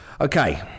Okay